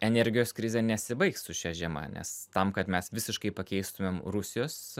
energijos krizė nesibaigs su šia žiema nes tam kad mes visiškai pakeistumėm rusijos